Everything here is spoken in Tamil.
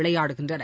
விளையாடுகின்றன